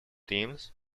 teams